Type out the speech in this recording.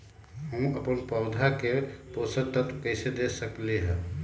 हम अपन पौधा के पोषक तत्व कैसे दे सकली ह?